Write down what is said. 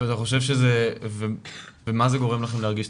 מה זה גורם לכם להרגיש,